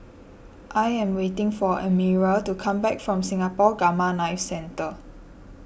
I am waiting for Elmyra to come back from Singapore Gamma Knife Centre